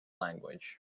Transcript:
language